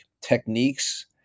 techniques